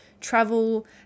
travel